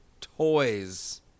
toys